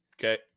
Okay